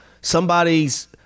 Somebody's